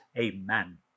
amen